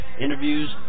interviews